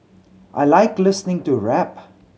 I like listening to rap